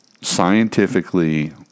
Scientifically